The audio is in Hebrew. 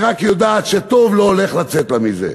היא רק יודעת שטוב לא הולך לצאת לה מזה.